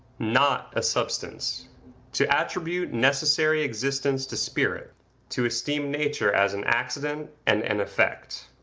not a substance to attribute necessary existence to spirit to esteem nature as an accident and an effect.